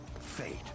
fate